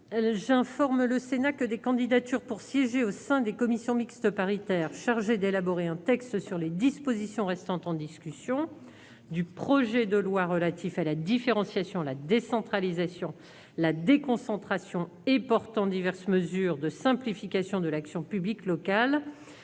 J'informe le Sénat que des candidatures pour siéger au sein des commissions mixtes paritaires chargées d'élaborer un texte sur les dispositions restant en discussion du projet de loi relatif à la différenciation, la décentralisation, la déconcentration et portant diverses mesures de simplification de l'action publique locale